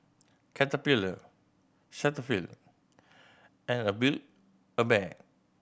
Caterpillar Cetaphil and a Build A Bear